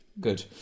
good